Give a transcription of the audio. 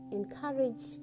encourage